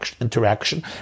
interaction